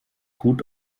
gut